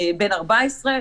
בן 14,